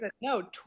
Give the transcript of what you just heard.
No